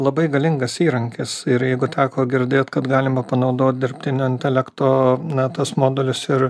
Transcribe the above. labai galingas įrankis ir jeigu teko girdėt kad galima panaudot dirbtinio intelekto na tuos modulius ir